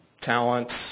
Talents